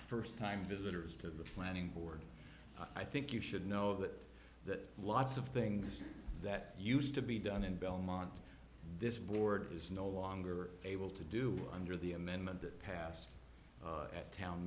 first time visitors to the planning board i think you should know that that lots of things that used to be done in belmont this board is no longer able to do under the amendment that passed at town